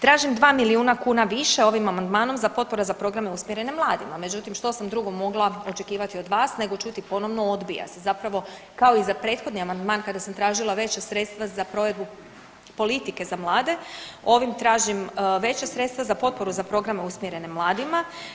Tražim 2 milijuna kuna više ovim amandmanom za potpore za programe usmjerene mladima, međutim što sam drugo mogla očekivati od vas nego čuti ponovno odbija se, zapravo kao i za prethodni amandman kada sam tražila veća sredstva za provedbu politike za mlade, ovim tražim veća sredstva za potporu za programe usmjerene mladima.